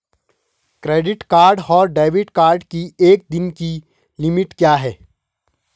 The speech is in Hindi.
क्रेडिट कार्ड और डेबिट कार्ड की एक दिन की लिमिट क्या है?